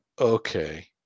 okay